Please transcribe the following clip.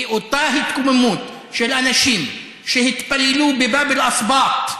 היא אותה התקוממות של אנשים שהתפללו בבאב אל-אסבאט,